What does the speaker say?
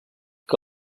que